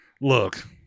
Look